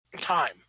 time